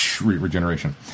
regeneration